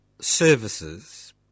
services